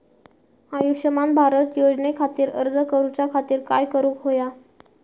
आयुष्यमान भारत योजने खातिर अर्ज करूच्या खातिर काय करुक होया?